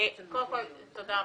קודם כול תודה רבה,